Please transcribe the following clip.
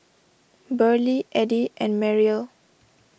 Burley Eddie and Mariel